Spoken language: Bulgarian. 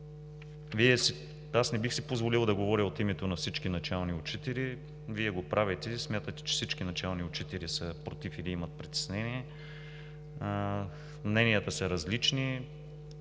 Аз не бих си позволил да говоря от името на всички начални учители. Вие го правите и смятате, че всички начални учители са против или имат притеснения. Мненията са различни.